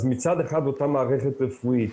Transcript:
אז מצד אחד אותה מערכת רפואית